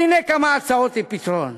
והנה כמה הצעות לפתרון: